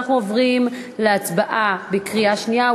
אנחנו עוברים להצבעה בקריאה שנייה,